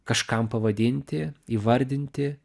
kažkam pavadinti įvardinti